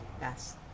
Yes